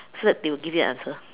so that they will give you an answer